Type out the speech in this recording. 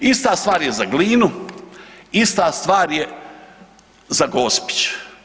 Ista stvar je za Glinu, ista stvar je za Gospić.